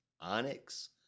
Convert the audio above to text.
Onyx